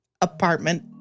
apartment